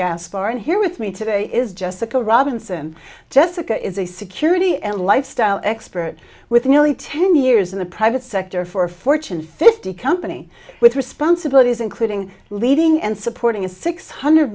and here with me today is jessica robinson jessica is a security and lifestyle expert with nearly ten years in the private sector for a fortune fifty company with responsibilities including leading and supporting a six hundred